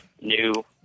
new